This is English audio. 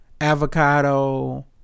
avocado